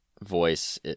voice